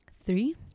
Three